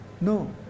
No